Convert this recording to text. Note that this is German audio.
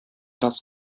das